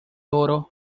oro